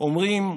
אומרים: